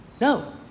No